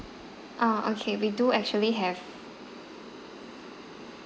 ah okay we do actually have